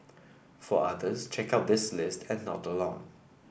for others check out this list and nod along